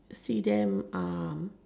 see them um